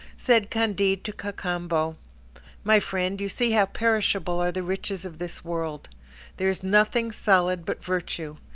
said candide to cacambo my friend, you see how perishable are the riches of this world there is nothing solid but virtue,